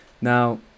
Now